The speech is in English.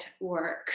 work